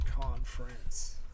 Conference